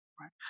right